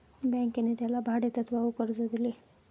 बँकेने त्याला भाडेतत्वावर कर्ज दिले